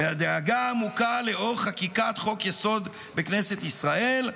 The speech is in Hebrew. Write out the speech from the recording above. "בדאגה עמוקה לאור חקיקת חוק-יסוד בכנסת ישראל,